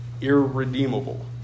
irredeemable